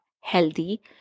healthy